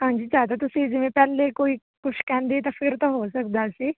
ਹਾਂਜੀ ਜਾਂ ਤਾਂ ਤੁਸੀਂ ਜਿਵੇਂ ਪਹਿਲੇ ਕੋਈ ਕੁਛ ਕਹਿੰਦੇ ਤਾਂ ਫਿਰ ਤਾਂ ਹੋ ਸਕਦਾ ਸੀ